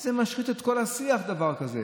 זה משחית את כל השיח, דבר כזה.